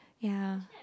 ya